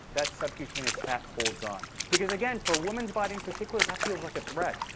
that subcutaneous fat holds on because, again, for a woman's body in particular, that feels like a threat.